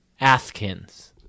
Athkins